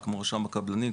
כמו רשם הקבלנים,